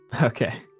Okay